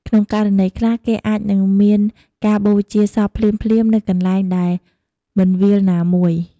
ក្នុងករណីខ្លះ គេអាចនឹងមានការបូជាសពភ្លាមៗ នៅកន្លែងដែលមិនវាលណាមួយ។